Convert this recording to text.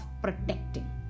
protecting